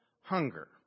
hunger